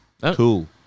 Cool